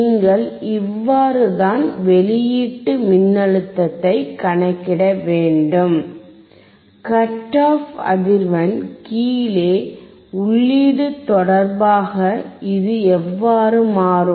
நீங்கள் இவ்வாறு தான் வெளியீட்டு மின்னழுத்தத்தை கணக்கிட வேண்டும் கட் ஆஃப் அதிர்வெண் கீழே உள்ளீடு தொடர்பாக இது எவ்வாறு மாறும்